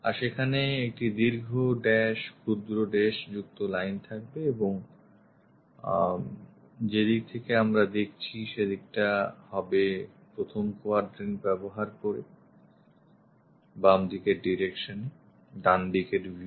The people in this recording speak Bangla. আর সেখানে একটি দীর্ঘ dash ক্ষুদ্র dash যুক্ত line থাকবে এবং যেদিক থেকে আমরা দেখছি সেদিকটা হবে প্রথম কোয়াড্রেন্ট ব্যবহার করে বামদিকের ডাইরেকশন এ ডানদিকের view